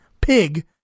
pig